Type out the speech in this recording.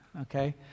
Okay